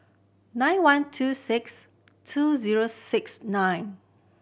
nine one two six two zero six nine